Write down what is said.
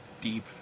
deep